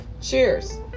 Cheers